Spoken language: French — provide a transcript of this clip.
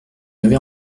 avait